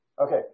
Okay